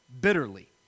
bitterly